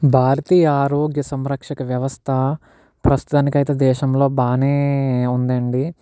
భారతీయ ఆరోగ్య సంరక్షక వ్యవస్థ ప్రస్తుతానికైతే దేశంలో బాగానే ఉందండీ